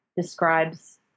describes